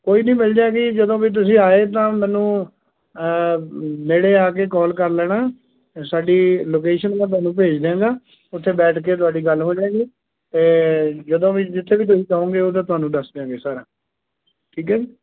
ਕੋਈ ਨੀ ਮਿਲ ਜਾਏਗੀ ਜਦੋਂ ਵੀ ਤੁਸੀਂ ਆਏ ਤਾਂ ਮੈਨੂੰ ਨੇੜੇ ਆ ਕੇ ਕੋਲ ਕਰ ਲੈਣਾ ਸਾਡੀ ਲੋਕੇਸ਼ਨ ਮੈਂ ਤੁਹਾਨੂੰ ਭੇਜ ਦਿਵਾਂਗਾ ਉਥੇ ਬੈਠ ਕੇ ਤੁਹਾਡੀ ਗੱਲ ਹੋ ਜਾਵੇਗੀ ਅਤੇ ਜਦੋਂ ਵੀ ਜਿਥੇ ਵੀ ਤੁਸੀਂ ਕਹੋਗੇ ਉਹ ਤਾਂ ਤੁਹਾਨੂੰ ਦੱਸ ਦਿਆਂਗੇ ਸਾਰਾ ਠੀਕ ਹੈ